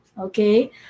Okay